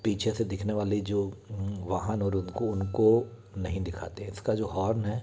पीछे से दिखने वाली जो वहाँ नरोदगो उनको नहीं दिखाते इसका जो हॉर्न है